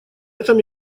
этом